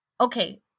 okay